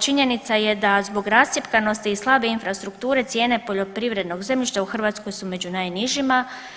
činjenica je da zbog rascjepkanosti i slabe infrastrukture cijene poljoprivrednog zemljišta u Hrvatskoj su među najnižima.